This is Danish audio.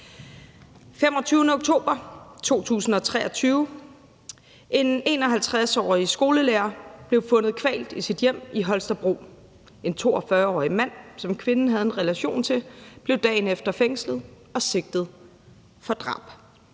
25. oktober 2023: En 51-årig skolelærer blev fundet kvalt i sit hjem i Holstebro. En 42-årig mand, som kvinden havde en relation til, blev dagen efter fængslet og sigtet for drab.